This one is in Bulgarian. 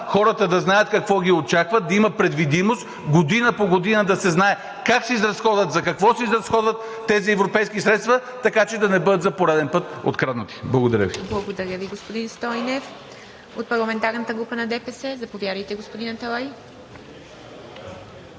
хората да знаят какво ги очаква, да има предвидимост, година по година да се знае как ще се изразходят, за какво се изразходват тези европейски средства, така че да не бъдат за пореден път откраднати. Благодаря Ви.